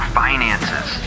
finances